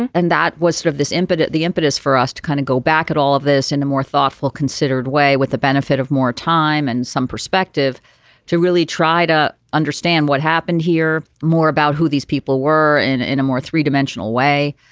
and and that was sort of this impetus the impetus for us to kind of go back at all of this in a more thoughtful considered way with the benefit of more time and some perspective to really try to understand what happened here more about who these people were and in a more three dimensional way.